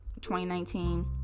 2019